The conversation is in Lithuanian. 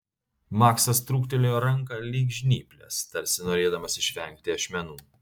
maksas trūktelėjo ranką lyg žnyples tarsi norėdamas išvengti ašmenų